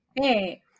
Hey